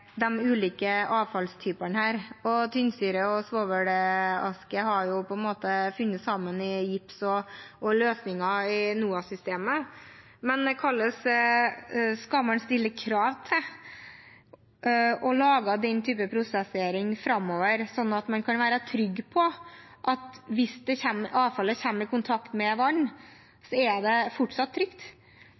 ulike avfallstypene, og tynnsyre og svovelaske har jo på en måte funnet sammen i gips og løsninger i NOAH-systemet. Men hvordan skal man stille krav til å lage den typen prosessering framover, sånn at man kan være trygg på at avfallet fortsatt er trygt hvis det kommer i kontakt med vann? Så vil jeg formidle at det er stor usikkerhet om hvordan det